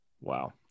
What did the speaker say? Wow